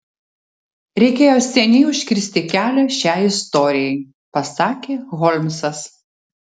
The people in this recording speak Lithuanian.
reikėjo seniai užkirsti kelią šiai istorijai pasakė holmsas